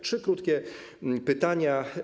Trzy krótkie pytania.